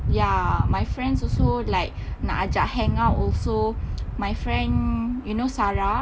ya my friends also like nak ajak hang out also my friend you know sarah